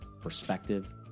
perspective